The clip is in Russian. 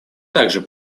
также